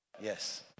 Yes